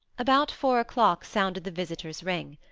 about four o'clock sounded the visitor's ring.